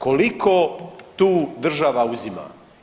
Koliko tu država uzima?